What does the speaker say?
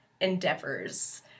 endeavors